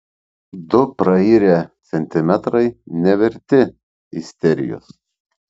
du prairę centimetrai neverti isterijos